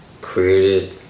created